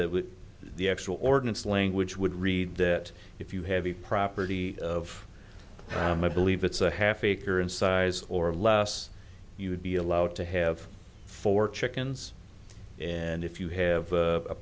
that the actual ordinance language would read that if you have the property of ram i believe it's a half acre in size or less you'd be allowed to have four chickens and if you have a